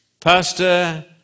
Pastor